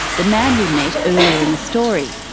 the man we met earlier in the story.